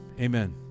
amen